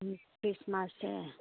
ꯈ꯭ꯔꯤꯁꯃꯥꯁꯁꯦ